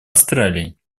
австралии